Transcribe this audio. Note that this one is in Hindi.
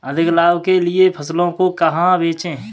अधिक लाभ के लिए फसलों को कहाँ बेचें?